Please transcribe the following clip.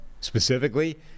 specifically